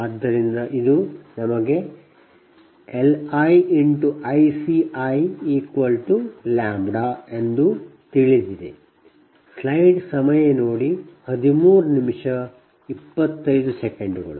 ಆದ್ದರಿಂದ ಇದು ನಮಗೆ Li×ICiλ ಎಂದು ತಿಳಿದಿದೆ